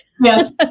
Yes